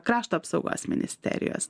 krašto apsaugos ministerijos